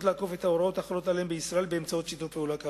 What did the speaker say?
לעקוף את ההוראות החלות עליהם בישראל באמצעות שיתוף פעולה כאמור.